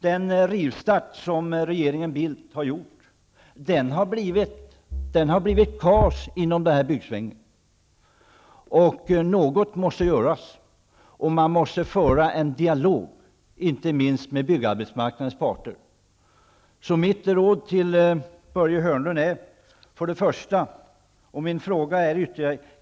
Den rivstart som regeringen Bildt har gjort har lett till kaos inom byggsvängen. Något måste göras. Man måste föra en dialog, inte minst med byggarbetsmarknadens parter.